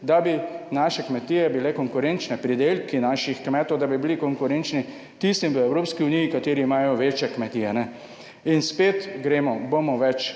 da bi naše kmetije bile konkurenčne, pridelki naših kmetov, da bi bili konkurenčni tistim v Evropski uniji, kateri imajo večje kmetije. In spet gremo, bomo več